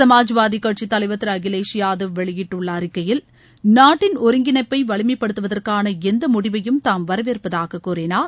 சமாஜ்வாதி கட்சி தலைவர் திரு அகிலேஷ் யாதவ் வெளியிட்டுள்ள அறிக்கையில் நாட்டின் ஒருங்கிணைப்பை வலிமைப்படுத்துவதற்கான எந்த முடிவையும் தாம் வரவேற்பதாக கூறினார்